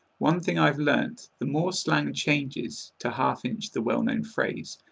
one thing i've learnt the more slang changes, to half-inch the well-known phrase,